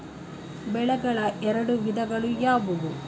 ಬೆಳೆಗಳ ಎರಡು ವಿಧಗಳು ಯಾವುವು?